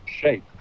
shape